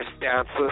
dancers